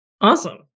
Awesome